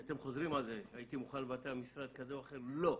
הייתי מוכן לוותר על משרד כזה או אחר, לא,